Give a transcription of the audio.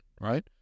right